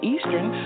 Eastern